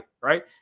right